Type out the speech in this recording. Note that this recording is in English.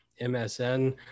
MSN